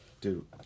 Dude